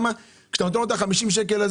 כשאתה נותן לו את ה-50 שקלים,